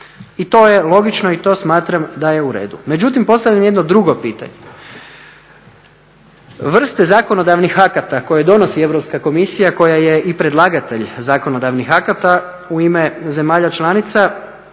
I to je logično i to smatram da je u redu. Međutim, postavljam jedno drugo pitanje, vrste zakonodavnih akata koje donosi Europska komisija koja je i predlagatelj zakonodavnih akata u ime zemalja članica.